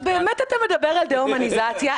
--- באמת אתה מדבר על דה-הומניזציה?